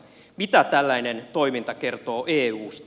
mitä tällainen toiminta kertoo eusta